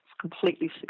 completely